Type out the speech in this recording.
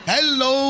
Hello